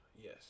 Yes